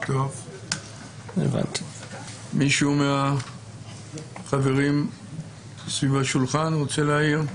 מישהו מהחברים סביב השולחן רוצה להעיר?